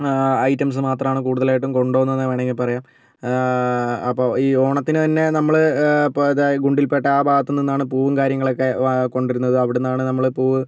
items മാത്രമാണ് കൂടുതലായിട്ടും കൊണ്ട് പോകുന്നത് എന്ന് വേണമെങ്കിൽ പറയാം അപ്പോൾ ഈ ഓണത്തിന് തന്നെ നമ്മൾ ഗുണ്ടൽപേട്ട ആ ഭാഗത്ത് നിന്നാണ് പൂവും കാര്യങ്ങളൊക്കെ കൊണ്ട് വരുന്നത് അവിടുന്നാണ് നമ്മൾ പൂവ്